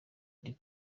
ndi